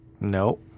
No